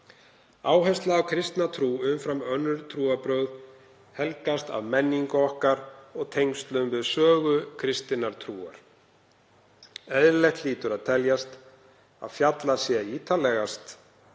Áherslan á kristna trú umfram önnur trúarbrögð helgast af menningu okkar og tengslum við sögu kristinnar trúar. Eðlilegt hlýtur að teljast að fjallað sé ítarlegast